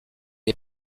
est